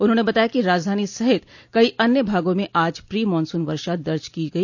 उन्होंने बताया कि राजधानी सहित कई अन्य भागों में आज प्री मानसून वर्षा दर्ज की गई